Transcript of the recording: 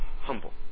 humble